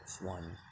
One